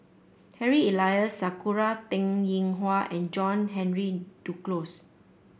Harry Elias Sakura Teng Ying Hua and John Henry Duclos